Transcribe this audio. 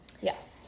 Yes